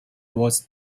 was